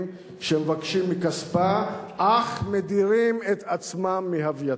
שמבקשים מכספה אך מדירים את עצמם מהווייתה.